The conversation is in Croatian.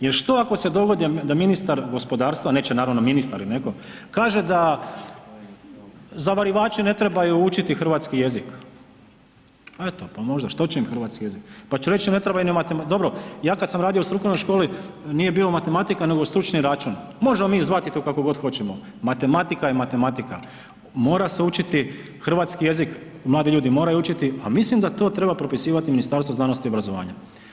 Jer što ako se dogodi da ministar gospodarstva, neće naravno ministar i netko, kaže da zavarivači ne trebaju učiti hrvatski jezik, eto pa možda što će im hrvatski jezik, pa će reći ne treba ni, dobro ja kad sam radio u strukovnoj školi nije bio matematika nego stručni račun, možemo mi zvati to kako god hoćemo, matematika je matematika, mora se učiti, hrvatski jezik mladi ljudi moraju učiti, a mislim da to treba propisivati Ministarstvo znanosti i obrazovanja.